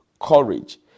courage